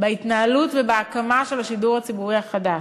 בהתנהלות ובהקמה של השידור הציבורי החדש.